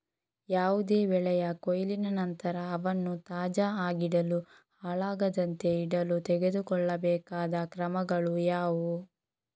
ಯಾವುದೇ ಬೆಳೆಯ ಕೊಯ್ಲಿನ ನಂತರ ಅವನ್ನು ತಾಜಾ ಆಗಿಡಲು, ಹಾಳಾಗದಂತೆ ಇಡಲು ತೆಗೆದುಕೊಳ್ಳಬೇಕಾದ ಕ್ರಮಗಳು ಯಾವುವು?